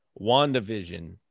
WandaVision